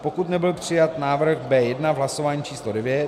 pokud nebyl přijat návrh B1 v hlasování č. devět